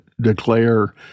declare